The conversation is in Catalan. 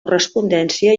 correspondència